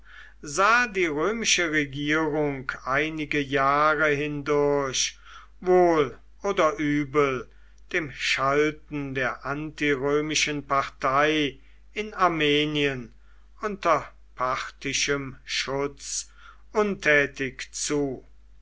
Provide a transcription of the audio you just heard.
sah die römische regierung einige jahre hindurch wohl oder übel dem schalten der antirömischen partei in armenien unter parthisches schutz untätig zu